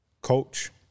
coach